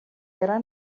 era